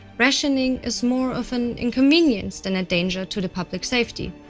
rationing is more of an inconvenience than a danger to to public safety,